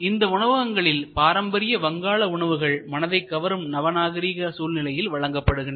இந்த உணவகங்களில் பாரம்பரிய வங்காள உணவுகள் மனதைக் கவரும் நாகரீகமான சூழ்நிலையில் வழங்கப்படுகின்றன